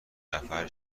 نفر